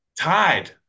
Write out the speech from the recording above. Tied